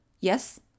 Yes